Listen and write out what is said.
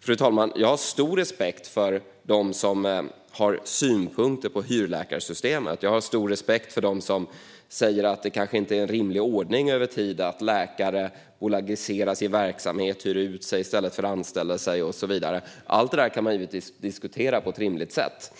Fru talman! Jag har stor respekt för dem som har synpunkter på hyrläkarsystemet. Jag har stor respekt för dem som säger att det kanske inte är en rimlig ordning över tid att läkare bolagiserar sin verksamhet och hyr ut sig i stället för att bli anställda och så vidare. Allt detta kan man diskutera på ett rimligt sätt.